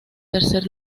tercer